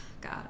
god